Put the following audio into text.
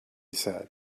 said